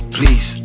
Please